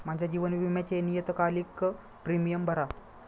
माझ्या जीवन विम्याचे नियतकालिक प्रीमियम भरा